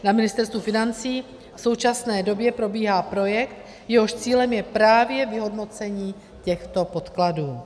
Na Ministerstvu financí v současné době probíhá projekt, jehož cílem je právě vyhodnocení těchto podkladů.